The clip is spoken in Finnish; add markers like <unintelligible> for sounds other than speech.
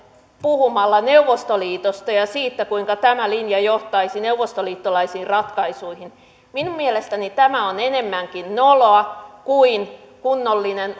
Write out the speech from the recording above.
puhumalla neuvostoliitosta ja siitä kuinka tämä linja johtaisi neuvostoliittolaisiin ratkaisuihin minun mielestäni tämä on enemmänkin noloa kuin kunnollinen <unintelligible>